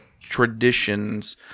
traditions